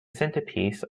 centerpiece